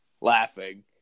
laughing